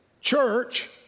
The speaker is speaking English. church